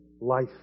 life